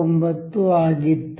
49 ಆಗಿತ್ತು